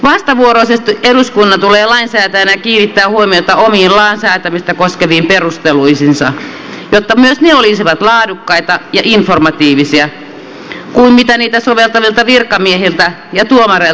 vastavuoroisesti eduskunnan tulee lainsäätäjänä kiinnittää huomiota omiin lain säätämistä koskeviin perusteluihinsa jotta myös ne olisivat laadukkaita ja informatiivisia niin kuin me odotamme niitä soveltavien virkamiesten ja tuomarien perusteluilta